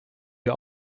wir